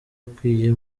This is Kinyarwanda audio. ukwiye